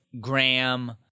Graham